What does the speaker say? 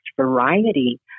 variety